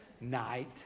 night